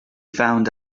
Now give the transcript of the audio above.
found